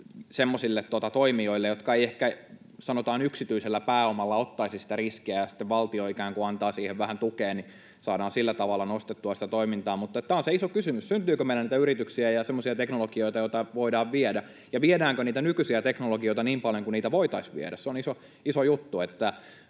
semmoisille toimijoille, jotka eivät ehkä, sanotaan, yksityisellä pääomalla ottaisi sitä riskiä, ja sitten valtio ikään kuin antaa siihen vähän tukea, että saadaan sillä tavalla nostettua sitä toimintaa. Mutta tämä on se iso kysymys: syntyykö meillä niitä yrityksiä ja semmoisia teknologioita, joita voidaan viedä, ja viedäänkö niitä nykyisiä teknologioita niin paljon kuin niitä voitaisiin viedä. Se on iso juttu.